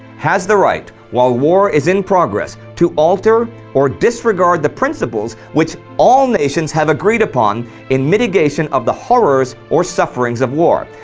has the right, while war is in progress, to alter or disregard the principles which all nations have agreed upon in mitigation of the horrors or sufferings of war,